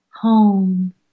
home